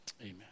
Amen